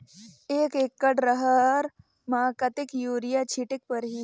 एक एकड रहर म कतेक युरिया छीटेक परही?